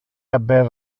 haber